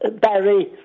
Barry